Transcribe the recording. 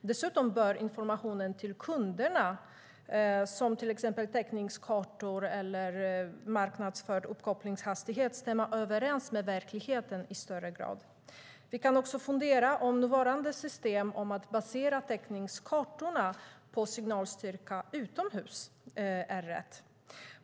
Dessutom bör informationen till kunderna, till exempel täckningskartor eller marknadsförd uppkopplingshastighet, i större grad stämma överens med verkligheten. Vi kan också fundera över om nuvarande system för täckningskartorna baserad på signalstyrka utomhus är riktigt.